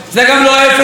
זה גם לא אפס.